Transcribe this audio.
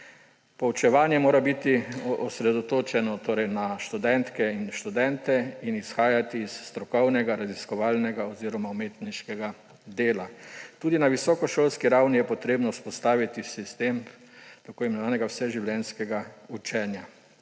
Poučevanje mora biti osredotočeno na študentke in študente in izhajati iz strokovnega raziskovalnega oziroma umetniškega dela. Tudi na visokošolski ravni je potrebno vzpostaviti sistem tako imenovanega vseživljenjskega učenja.